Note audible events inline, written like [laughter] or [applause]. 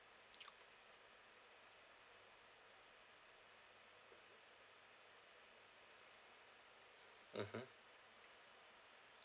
[noise] mmhmm